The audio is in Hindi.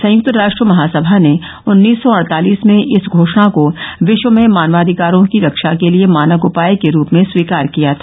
संयक्त राष्ट्र महात्मभा ने उन्नीस सौ अडतालिस में इस घोषणा को विश्व में मानवाधिकारों की रक्षा के लिए मानक उपाय के रूप में स्वीकार किया था